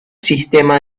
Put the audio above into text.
sistema